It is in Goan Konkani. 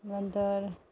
नंतर